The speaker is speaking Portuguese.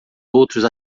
outros